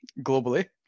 globally